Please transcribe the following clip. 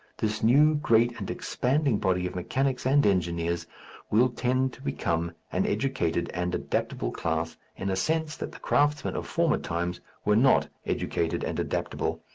this new, great, and expanding body of mechanics and engineers will tend to become an educated and adaptable class in a sense that the craftsmen of former times were not educated and adaptable.